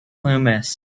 loomis